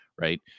right